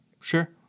Sure